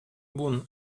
bun